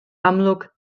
amlwg